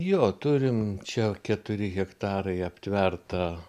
jo turim čia keturi hektarai aptverta